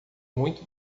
muito